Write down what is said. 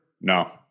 No